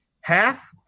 half